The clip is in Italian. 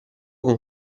con